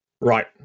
Right